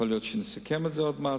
יכול להיות שנסכם את זה עוד מעט.